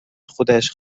خودش